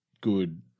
good